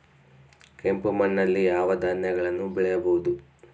ಕೆಂಪು ಮಣ್ಣಲ್ಲಿ ಯಾವ ಧಾನ್ಯಗಳನ್ನು ಬೆಳೆಯಬಹುದು?